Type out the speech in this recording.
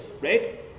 right